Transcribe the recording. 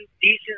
decent